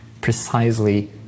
precisely